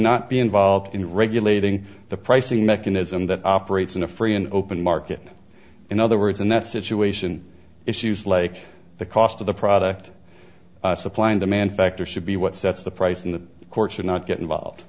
not be involved in regulating the pricing mechanism that operates in a free and open market in other words and that situation issues like the cost of the product supply and demand factor should be what sets the price in the courts or not get involved